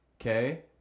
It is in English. Okay